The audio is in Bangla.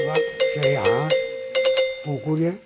বা সেই হাঁস পুকুরে